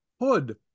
hood